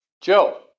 Joe